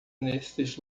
nesses